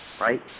right